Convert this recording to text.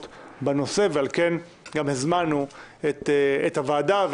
בנושא." על כן גם הזמנו את הוועדה למימון מפלגות,